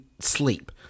sleep